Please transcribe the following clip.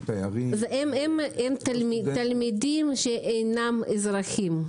הם תלמידים שאינם אזרחים.